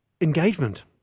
engagement